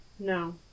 No